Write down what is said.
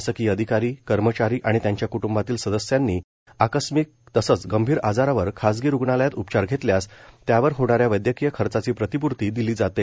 शासकीय अधिकारी कर्मचारी आणि त्यांच्या कुटुंबातील सदस्यांनी आकस्मिक तसंच गंभीर आजारावर खासगी रुग्णालयात उपचार घेतल्यास त्यावर होणाऱ्या वैदयकीय खर्चाची प्रतिपूर्ती दिली जाते